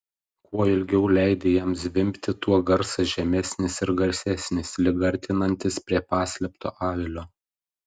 kuo ilgiau leidi jam zvimbti tuo garsas žemesnis ir garsesnis lyg artinantis prie paslėpto avilio